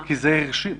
כי כמו שאמרתי,